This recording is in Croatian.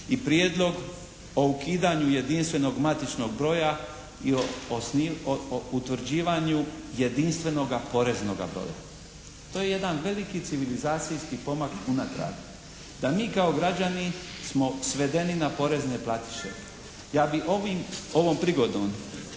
i prijedlog o ukidanju jedinstvenog matičnog broja i utvrđivanju jedinstvenoga poreznoga broja. To je jedan veliki civilizacijski pomak unatrag. Da mi kao građani smo svedeni na porezne platiše. Ja bih ovom prigodom